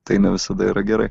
tai ne visada yra gerai